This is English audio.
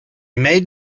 made